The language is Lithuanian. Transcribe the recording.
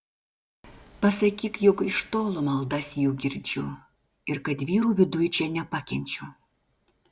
pasakyk jog iš tolo maldas jų girdžiu ir kad vyrų viduj čia nepakenčiu